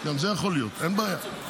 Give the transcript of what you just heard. גם זה יכול להיות, אין בעיה.